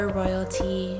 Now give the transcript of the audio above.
royalty